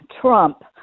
trump